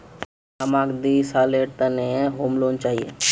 हमाक दी सालेर त न होम लोन चाहिए